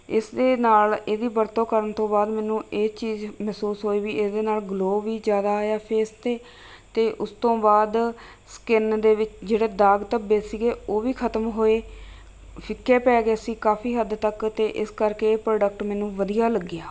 ਇਸ ਦੇ ਨਾਲ ਇਹਦੀ ਵਰਤੋਂ ਕਰਨ ਤੋਂ ਬਾਅਦ ਮੈਨੂੰ ਇਹ ਚੀਜ਼ ਮਹਿਸੂਸ ਹੋਈ ਵੀ ਇਹ ਦੇ ਨਾਲ ਗਲੋਅ ਵੀ ਜ਼ਿਆਦਾ ਆਇਆ ਫੇਸ 'ਤੇ ਅਤੇ ਉਸ ਤੋਂ ਬਾਅਦ ਸਕਿੱਨ ਦੇ ਵਿੱਚ ਜਿਹੜੇ ਦਾਗ ਧੱਬੇ ਸੀਗੇ ਉਹ ਵੀ ਖਤਮ ਹੋਏ ਫਿੱਕੇ ਪੈਗੇ ਸੀ ਕਾਫੀ ਹੱਦ ਤੱਕ ਅਤੇ ਇਸ ਕਰਕੇ ਇਹ ਪ੍ਰੋਡਕਟ ਮੈਨੂੰ ਵਧੀਆ ਲੱਗਿਆ